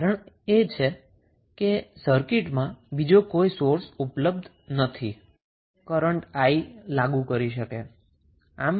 કારણ કે સર્કિટમાં બીજો કોઈ સોર્સ ઉપલબ્ધ નથી કે જે કરન્ટ 𝑖 સપ્લાય કરી શકે